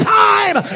time